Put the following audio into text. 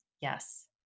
yes